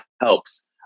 helps